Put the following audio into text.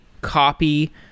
copy